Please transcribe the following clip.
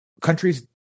countries